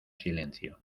silencio